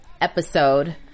episode